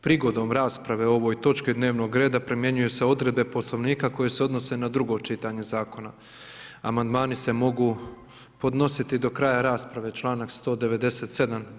Prigodom rasprave o ovoj točki dnevnog reda primjenjuju se odredbe Poslovnika koje se odnose na drugo čitanje zakona, amandmani se mogu podnositi do kraja rasprave članak 197.